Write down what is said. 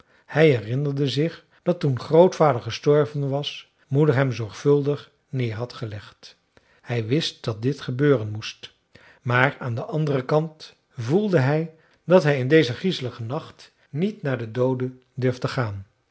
hij herinnerde zich dat toen grootvader gestorven was moeder hem zorgvuldig neer had gelegd hij wist dat dit gebeuren moest maar aan den anderen kant voelde hij dat hij in dezen griezeligen nacht niet naar de doode durfde gaan